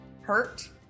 Hurt